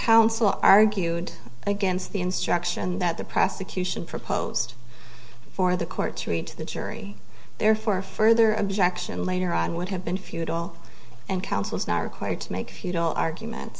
counsel argued against the instruction that the prosecution proposed for the court to read to the jury therefore a further objection later on would have been futile and counsel is not required to make futile argument